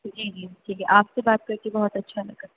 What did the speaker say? جی جی ٹھیک ہے آپ سے بات کر کے بہت اچھا لگا